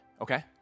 okay